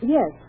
Yes